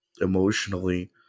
emotionally